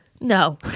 No